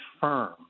firm